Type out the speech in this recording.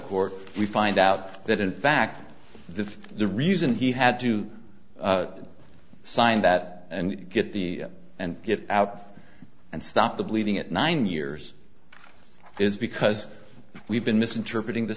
court we find out that in fact the the reason he had to sign that and get the and get out and stop the bleeding at nine years it's because we've been misinterpreting the